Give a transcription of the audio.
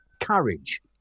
courage